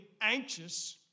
anxious